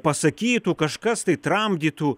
pasakytų kažkas tai tramdytų